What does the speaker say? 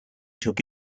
took